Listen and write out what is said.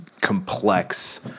complex